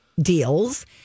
deals